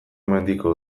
mendiko